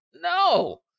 No